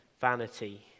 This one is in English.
vanity